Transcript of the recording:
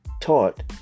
taught